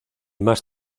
más